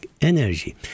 energy